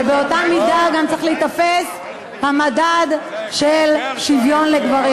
ובאותה מידה גם צריך להיתפס המדד של שוויון לגברים.